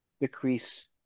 decrease